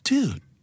Dude